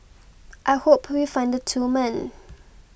I hope we find the two men